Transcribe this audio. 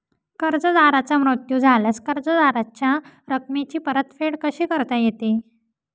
कर्जदाराचा मृत्यू झाल्यास कर्जाच्या रकमेची परतफेड कशी करता येते?